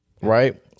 Right